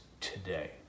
today